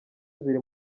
ziri